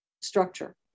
structure